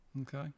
okay